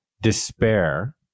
despair